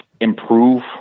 improve